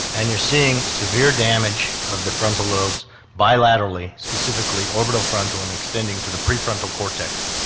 and you're seeing severe damage of the frontal lobes bilaterally, specifically orbital frontal and extending to the prefrontal cortex.